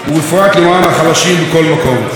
ולא רק קואליציה טובה יש לנו, ויציבה,